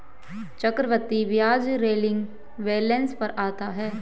चक्रवृद्धि ब्याज rolling balance पर आता है